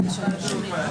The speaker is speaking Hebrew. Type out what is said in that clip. הישיבה ננעלה בשעה 15:35.